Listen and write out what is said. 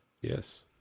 Yes